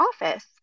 office